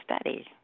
study